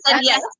yes